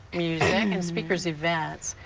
music, and speakers events.